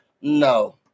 No